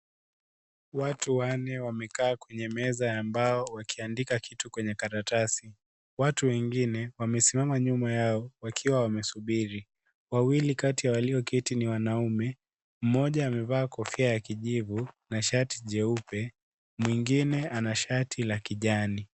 Watu wanne wamekaa kwenye meza ya mbao wakiandika kitu kwenye karatasi, watu wengine wamesimama nyuma yao wakiwa wamesubiri. Wawili kati ya walioketi ni wanaume, mmoja amevaa kofia ya kijivu na shati jeupe, mwingine ana shati la kijani.